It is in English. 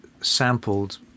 sampled